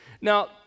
Now